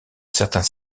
certains